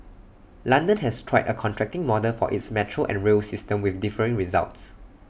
London has tried A contracting model for its metro and rail system with differing results